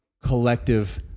collective